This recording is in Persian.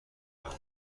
بود